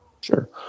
Sure